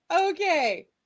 Okay